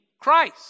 Christ